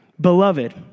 Beloved